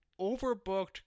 overbooked